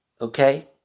Okay